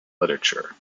literature